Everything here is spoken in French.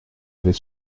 avait